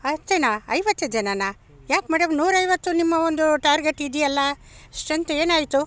ಅಷ್ಟೆಯಾ ಐವತ್ತು ಜನರಾ ಯಾಕೆ ಮೇಡಮ್ ನೂರೈವತ್ತು ನಿಮ್ಮ ಒಂದು ಟಾರ್ಗೇಟ್ ಇದೆಯಲ್ಲ ಸ್ಟ್ರೆಂತ್ ಏನಾಯ್ತು